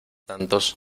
tantos